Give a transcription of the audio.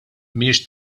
mhijiex